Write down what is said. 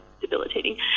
debilitating